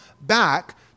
back